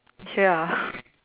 ya